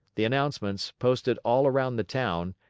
the announcements, posted all around the town,